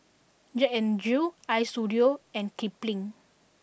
Jack N Jill Istudio and Kipling